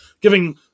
giving